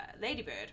Ladybird